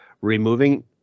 removing